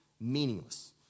meaningless